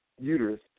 uterus